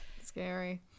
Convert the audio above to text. Scary